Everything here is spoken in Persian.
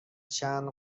چند